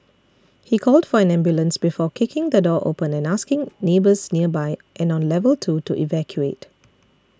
he called for an ambulance before kicking the door open and asking neighbours nearby and on level two to evacuate